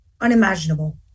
unimaginable